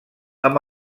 amb